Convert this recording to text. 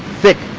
thick,